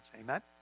amen